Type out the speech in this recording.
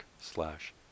slash